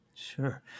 Sure